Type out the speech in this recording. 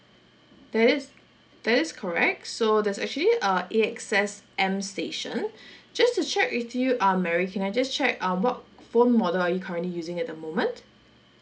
that is that is correct so there's actually a A_X_S M station just to check with you um mary can I just check um what phone model are you currently using at the moment